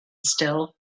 still